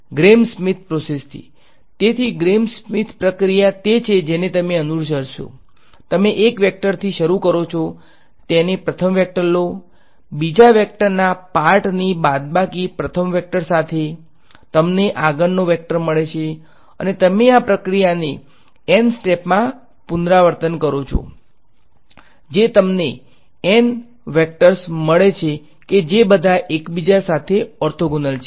Gram-Schmidt process તેથી Gram Schmidt પ્રક્રિયા તે છે જેને તમે અનુસરશો તમે એક વેક્ટરથી શરૂ કરો તેને પ્રથમ વેક્ટર લો બીજા વેક્ટરના પાર્ટની બાદબાકી પ્રથમ વેક્ટર સાથે તમને આગળનો વેક્ટર મળે છે અને તમે આ પ્રક્રિયાને N સ્ટેપ્સમાં પુનરાવર્તન કરો છો જે તમને N વેક્ટર મળે છે કે જે બધા એકબીજા સાથે ઓર્થોગોનલ છે